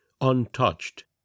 untouched